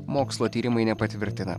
mokslo tyrimai nepatvirtina